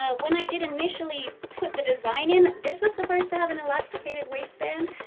ah when i did initially put the design in, this was supposed to have an elasticated waistband,